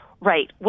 Right